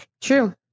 True